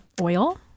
oil